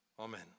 Amen